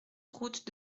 route